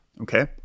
okay